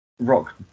Rock